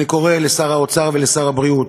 אני קורא לשר האוצר ולשר הבריאות,